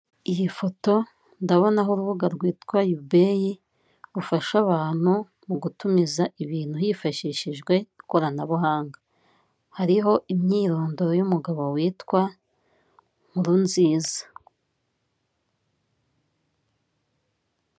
Iyi foto ndabonaho urubuga rwitwa yubeyi, rufasha abantu mugutumiza ibintu hifashishijwe ikoranabuhanga, hariho imyirondoro y'umugabo witwa Nkurunziza.